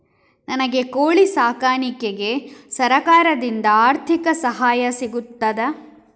ನನಗೆ ಕೋಳಿ ಸಾಕಾಣಿಕೆಗೆ ಸರಕಾರದಿಂದ ಆರ್ಥಿಕ ಸಹಾಯ ಸಿಗುತ್ತದಾ?